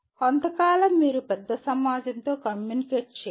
కొంతకాలం మీరు పెద్ద సమాజంతో కమ్యూనికేట్ చేయాలి